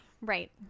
Right